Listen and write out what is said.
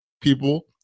people